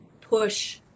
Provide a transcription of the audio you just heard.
push